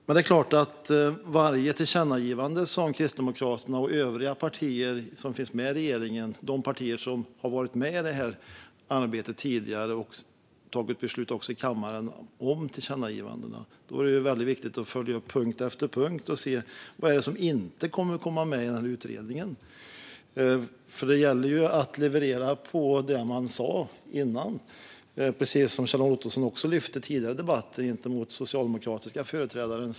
Det handlar om varje tillkännagivande från Kristdemokraterna och övriga partier som finns med i regeringen och som varit med i arbetet tidigare. Det har också fattats beslut i kammaren om tillkännagivandena. Då är det väldigt viktigt att följa upp punkt efter punkt. Vad är det som inte kommer att komma med i utredningen? Det gäller att leverera på det man sa innan. Detta lyfte Kjell-Arne Ottosson fram tidigare i debatten med den socialdemokratiske företrädaren.